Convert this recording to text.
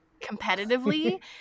competitively